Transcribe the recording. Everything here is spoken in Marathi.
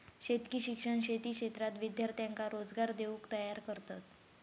शेतकी शिक्षण शेती क्षेत्रात विद्यार्थ्यांका रोजगार देऊक तयार करतत